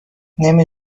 نمی